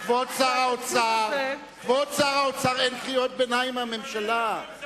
כבוד שר האוצר, אין קריאות ביניים מהממשלה.